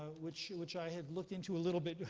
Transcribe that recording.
which which i have looked into a little bit.